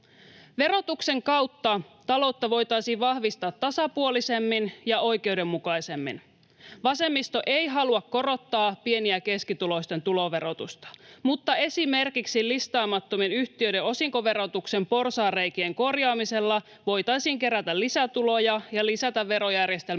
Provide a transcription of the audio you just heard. Verotuksen kautta taloutta voitaisiin vahvistaa tasapuolisemmin ja oikeudenmukaisemmin. Vasemmisto ei halua korottaa pieni- ja keskituloisten tuloverotusta. Mutta esimerkiksi listaamattomien yhtiöiden osinkoverotuksen porsaanreikien korjaamisella voitaisiin kerätä lisätuloja ja lisätä verojärjestelmän